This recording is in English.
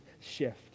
shift